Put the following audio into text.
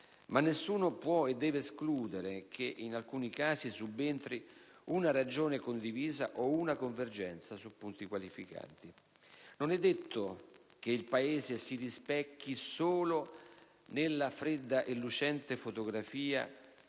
ma nessuno può e deve escludere che in alcuni casi subentri una ragione condivisa o una convergenza su punti qualificanti. Non è detto che il Paese si rispecchi solo nella fredda e lucente fotografia